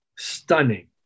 stunning